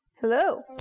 Hello